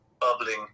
bubbling